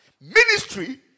ministry